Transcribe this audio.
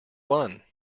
won